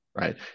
right